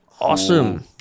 Awesome